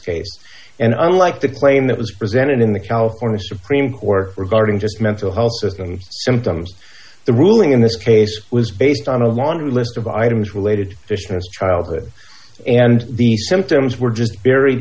case and unlike the claim that was presented in the california supreme court regarding just mental health systems symptoms the ruling in this case was based on a laundry list of items related to fishman childhood and the symptoms were just very